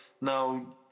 Now